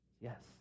yes